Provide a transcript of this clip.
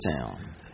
town